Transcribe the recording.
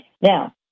Now